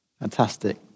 fantastic